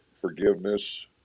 forgiveness